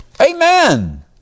amen